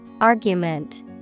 Argument